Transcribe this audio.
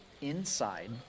inside